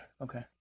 Okay